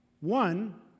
One